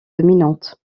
dominantes